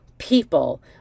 people